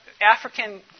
African